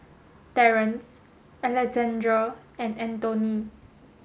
Terence Alexandrea and Antone